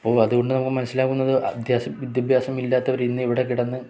അപ്പോൾ അതുകൊണ്ട് നമുക്ക് മനസ്സിലാകുന്നത് വിദ്യാഭ്യാസമില്ലാത്തവർ ഇന്ന് ഇവിടെ കിടന്ന്